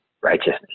righteousness